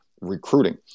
recruiting